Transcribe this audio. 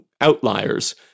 outliers